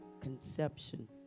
conception